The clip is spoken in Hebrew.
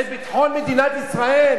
את ביטחון מדינת ישראל?